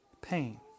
pain